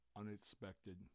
unexpected